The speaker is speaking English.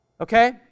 Okay